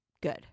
good